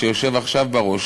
שיושב עכשיו בראש,